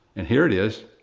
and here it is,